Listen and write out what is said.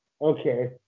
okay